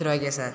சரி okay sir